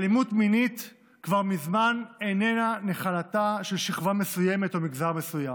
אלימות מינית כבר מזמן איננה נחלתה של שכבה מסוימת או מגזר מסוים.